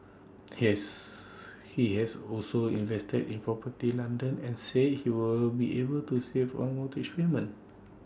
he has he has also invested in property London and said he will be able to save on mortgage payments